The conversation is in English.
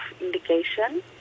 indication